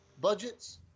budgets